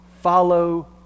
follow